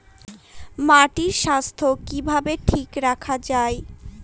মাটির স্বাস্থ্য কিভাবে ঠিক রাখা যায়?